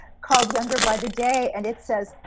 called younger by the day and it says,